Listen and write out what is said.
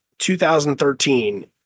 2013